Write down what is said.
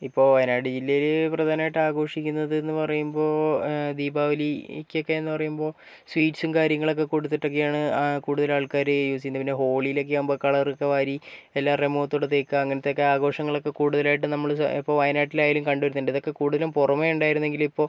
ഇപ്പോൾ വയനാട് ജില്ലയിൽ പ്രധാനമായിട്ട് ആഘോഷിക്കുന്നത് എന്നുപറയുമ്പോൾ ദീപാവലിക്കൊക്കെ എന്നുപറയുമ്പോൾ സ്വീറ്റ്സും കാര്യങ്ങളൊക്കെ കൊടുത്തിട്ടൊക്കെയാണ് കൂടുതൽ ആൾക്കാർ യൂസ് ചെയ്യുന്നത് പിന്നെ ഹോളിലൊക്കെയാവുമ്പോൾ കളറൊക്കെ വാരി എല്ലാർടേം മുഖത്തോട്ടൊക്കെ തേക്കുക അങ്ങനത്തെ ആഘോഷങ്ങളൊക്കെ കൂടുതലായിട്ട് നമ്മൾ ഇപ്പോൾ വായനാട്ടിലായാലും കണ്ടുവരുന്നുണ്ട് ഇതൊക്കെ കൂടുതലും പുറമേ ഉണ്ടായിരുന്നെങ്കിലും ഇപ്പോൾ